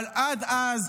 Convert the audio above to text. אבל עד אז,